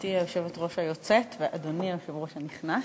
גברתי היושבת-ראש היוצאת ואדוני היושב-ראש הנכנס,